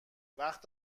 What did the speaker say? وقت